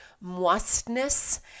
moistness